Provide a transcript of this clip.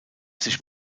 sich